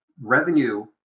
revenue